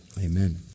Amen